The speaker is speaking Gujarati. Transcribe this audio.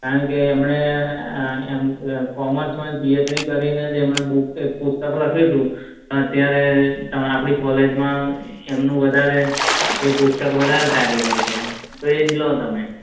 કારણકે એમણે કોમર્સમાં જ પીએચડી કરીને તેમણે બૂક એક પુસ્તક લખ્યું હતું ને અત્યારે આપણી કોલેજમાં એમનું વધારે એ પુસ્તક વધારે ચાલી રહી છે તો એ જ લો તમે